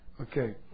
Okay